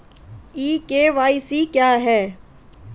ई KYC क्या है?